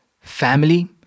Family